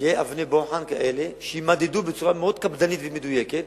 יהיו אבני בוחן כאלה שימדדו בצורה מאוד קפדנית ומדויקת